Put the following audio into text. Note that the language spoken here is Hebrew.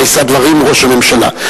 שבה יישא דברים ראש הממשלה.